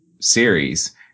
series